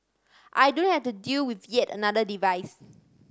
I don't have to deal with yet another device